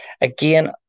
Again